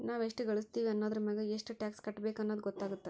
ನಾವ್ ಎಷ್ಟ ಗಳಸ್ತೇವಿ ಅನ್ನೋದರಮ್ಯಾಗ ಎಷ್ಟ್ ಟ್ಯಾಕ್ಸ್ ಕಟ್ಟಬೇಕ್ ಅನ್ನೊದ್ ಗೊತ್ತಾಗತ್ತ